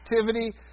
activity